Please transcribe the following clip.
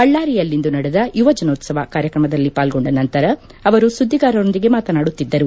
ಬಳ್ಳಾರಿಯಲ್ಲಿಂದು ನಡೆದ ಯುವಜನೋತ್ಸವ ಕಾರ್ಯಕ್ರಮದಲ್ಲಿ ಪಾಲ್ಗೊಂಡ ನಂತರ ಅವರು ಸುದ್ದಿಗಾರರೊಂದಿಗೆ ಮಾತನಾಡುತ್ತಿದ್ದರು